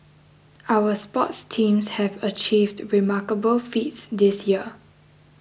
our sports teams have achieved remarkable feats this year